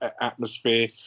atmosphere